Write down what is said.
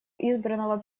избранного